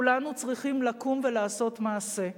כולנו צריכים לקום ולעשות מעשה,